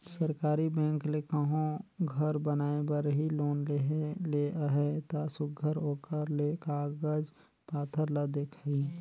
सरकारी बेंक ले कहों घर बनाए बर ही लोन लेहे ले अहे ता सुग्घर ओकर ले कागज पाथर ल देखही